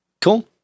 Cool